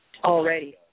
Already